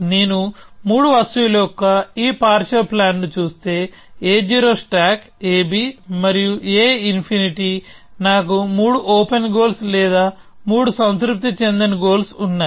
నేను మూడు వస్తువుల యొక్క ఈ పార్షియల్ ప్లాన్ ను చూస్తే a0 స్టాక్ ab మరియు a ఇన్ఫినిటీ నాకు మూడు ఓపెన్ గోల్స్ లేదా మూడు సంతృప్తి చెందని గోల్స్ ఉన్నాయి